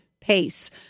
pace